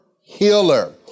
healer